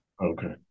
Okay